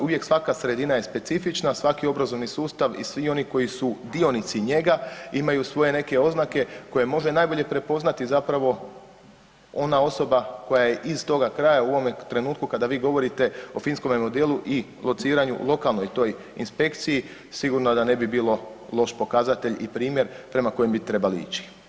Uvijek svaka sredina je specifična, svaki obrazovni sustav i svi oni koji su dionici njega imaju neke svoje oznake koje može najbolje prepoznati ona osoba koja je iz toga kraja u ovome trenutku, kada vi govorite o finskome modelu i lociranju lokalnoj toj inspekciji, sigurno da ne bi bilo loš pokazatelj i primjer prema kojem bi trebali ići.